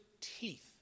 teeth